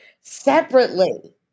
separately